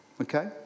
okay